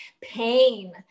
pain